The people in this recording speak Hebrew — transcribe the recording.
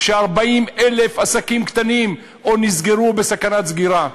כש-40,000 עסקים קטנים או נסגרו או בסכנת סגירה?